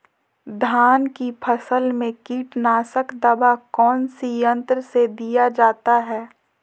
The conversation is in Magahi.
धान की फसल में कीटनाशक दवा कौन सी यंत्र से दिया जाता है?